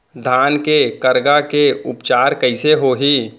धान के करगा के उपचार कइसे होही?